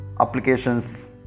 applications